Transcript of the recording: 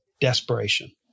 desperation